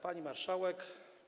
Pani Marszałek!